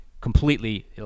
completely